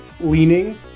leaning